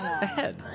ahead